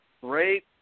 Great